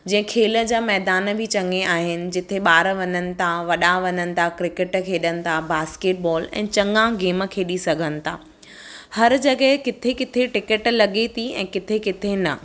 जंहिं खेल जा मैदान बि चङे आहिनि जिथे ॿार वञनि था वॾा वञनि था क्रिकेट खेॾनि था बास्केट बॉल ऐं चङा गेम खेॾी सघनि था हर जॻहि किथे किथे टिकट लॻे थी ऐं किथे किथे न